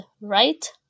right